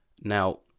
Now